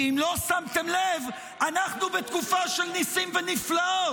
כי אם לא שמתם לב, אנחנו בתקופה של ניסים ונפלאות.